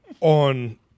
On